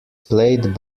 played